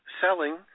selling